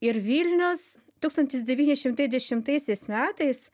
ir vilnius tūkstantis devyni šimtai dešimtaisiais metais